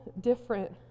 different